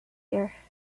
here